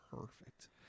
Perfect